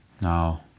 Now